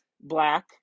black